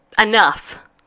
enough